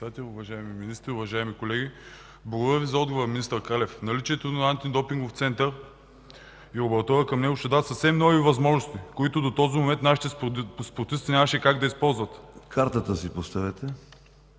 Председателю. Уважаеми министри, уважаеми колеги, благодаря Ви за отговора, министър Кралев! Наличието на Антидопингов център и лаборатория към него ще дават съвсем нови възможности, които до този момент нашите спортисти нямаше как да използват. Няма как да очакваме